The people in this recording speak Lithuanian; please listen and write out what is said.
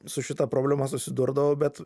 su šita problema susidurdavo bet